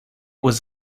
was